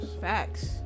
Facts